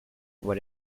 what